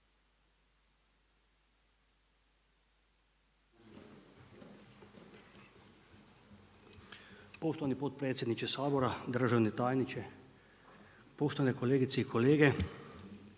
Poštovani potpredsjedniče Sabora, državni tajniče, poštovane kolegice i kolege.